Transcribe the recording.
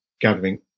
gathering